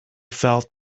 felt